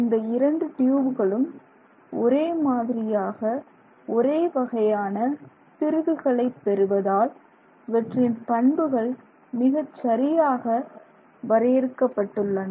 இந்த இரண்டு ட்யூபுகளும் ஒரே மாதிரியாக ஒரே வகையான திருகுகளை பெறுவதால் இவற்றின் பண்புகள் மிகச்சரியாக வரையறுக்கப்பட்டுள்ளன